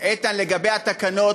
לשבת, איתן, לגבי התקנות